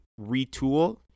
retool